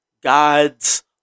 God's